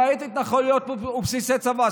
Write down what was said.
למעט מהתנחלויות ובסיסי צבא.